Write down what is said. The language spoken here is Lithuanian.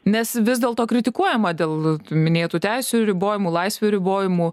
nes vis dėlto kritikuojama dėl minėtų teisių ribojimų laisvių ribojimų